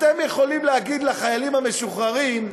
אתם יכולים להגיד לחיילים המשוחררים: